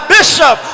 Bishop